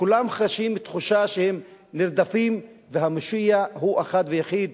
וכולם חשים תחושה שהם נרדפים והמושיע הוא האחד והיחיד,